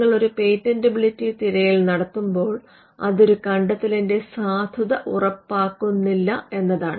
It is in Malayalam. നിങ്ങൾ ഒരു പേറ്റന്റബിലിറ്റി തിരയൽ നടത്തുമ്പോൾ അത് ഒരു കണ്ടത്തെലിന്റെ സാധുത ഉറപ്പാക്കുന്നില്ല എന്നതാണ്